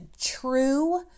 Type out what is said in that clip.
True